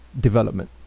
development